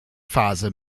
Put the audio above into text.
phase